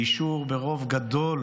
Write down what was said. באישור ברוב גדול